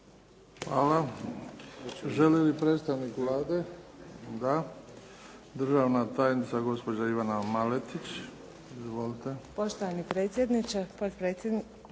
Hvala. Želi li predstavnik Vlade? da. Državna tajnica, gospođa Ivana Maletić. Izvolite. **Maletić, Ivana** Poštovani predsjedniče,